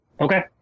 Okay